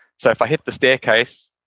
so if i hit the staircase,